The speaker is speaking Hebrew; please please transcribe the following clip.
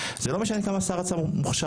זה לא משנה כמה שר האוצר מוכשר.